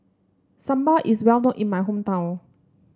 Sambar is well known in my hometown